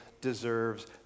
deserves